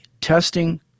testing